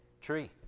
tree